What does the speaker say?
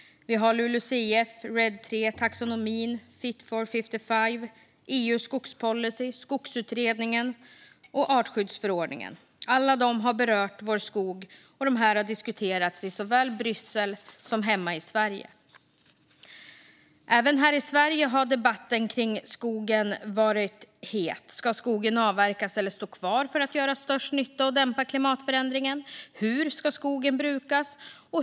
LULUCF, RED III, taxonomin, Fit for 55, EU:s skogspolicy, skogsutredningen och artskyddsförordningen har alla berört vår skog, och dessa har diskuterats såväl i Bryssel som hemma i Sverige. Även här i Sverige har debatten om skogen varit het. Ska skogen avverkas eller stå kvar för att göra störst nytta och dämpa klimatförändringen? Hur ska skogen brukas?